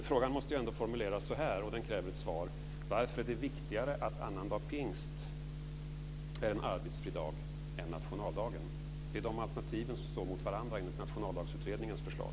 Frågan måste formuleras så här, och den kräver ett svar: Varför är det viktigare att annandag pingst är en arbetsfri dag än att nationaldagen är det? Det är de alternativen som står mot varandra enligt Nationaldagsutredningens förslag.